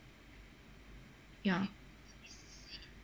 ya